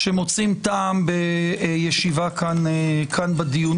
שמוצאים טעם בישיבה פה בדיונים,